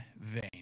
vain